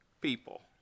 people